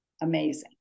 Amazing